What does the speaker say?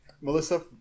Melissa